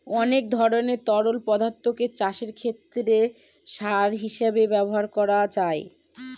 অনেক ধরনের তরল পদার্থকে চাষের ক্ষেতে সার হিসেবে ব্যবহার করা যায়